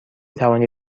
توانی